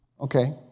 Okay